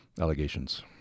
allegations